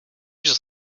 just